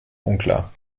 unklar